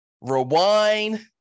Rewind